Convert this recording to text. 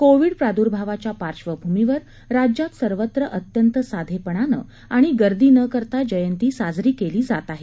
Covid प्रादूर्भावाच्या पार्श्वभूमीवर राज्यात सर्वत्र अत्यंत साधेपणानं आणि गर्दी न करता जयंती साजरी केली जात आहे